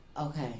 Okay